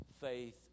faith